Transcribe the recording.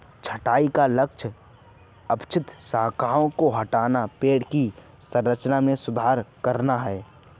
छंटाई का लक्ष्य अवांछित शाखाओं को हटाना, पेड़ की संरचना में सुधार करना है